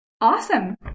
Awesome